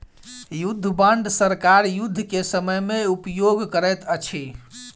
युद्ध बांड सरकार युद्ध के समय में उपयोग करैत अछि